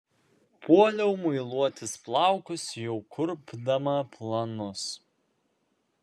puoliau muiluotis plaukus jau kurpdama planus